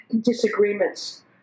disagreements